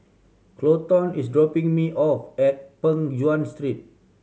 Kolton is dropping me off at Peng Nguan Street